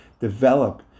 develop